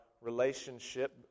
relationship